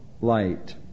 light